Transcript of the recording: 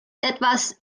etwas